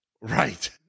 Right